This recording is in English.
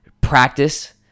practice